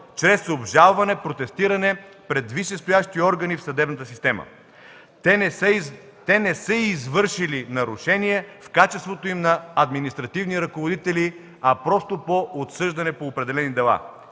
чрез обжалване и протестиране пред висшестоящите органи в съдебната система. Те не са извършили нарушения в качеството им на административни ръководители, а просто по отсъждане по определени дела.